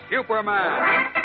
Superman